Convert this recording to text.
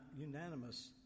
unanimous